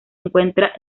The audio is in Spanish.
encuentra